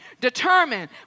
determined